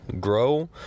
grow